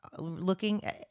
looking